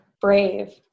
brave